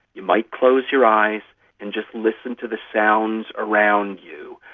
you might close your eyes and just listen to the sounds around you.